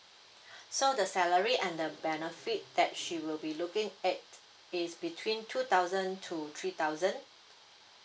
so the salary and the benefit that she will be looking at is between two thousand to three thousand